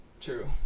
true